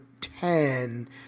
ten